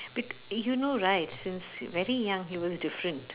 be~ you know right since very young he was different